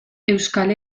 euskal